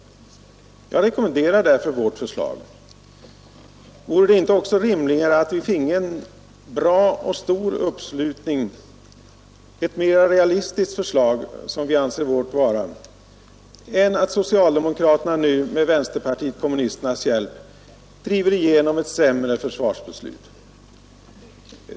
Jag rekommenderar därför vårt förslag. Vore det inte också rimligare med en stor uppslutning kring ett mera realistiskt förslag, som vi anser vårt vara, än att socialdemokraterna nu med vänsterpartiet kommunisternas hjälp driver igenom ett sämre försvarsbeslut?